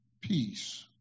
Peace